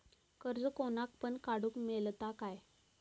कर्ज कोणाक पण काडूक मेलता काय?